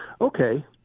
Okay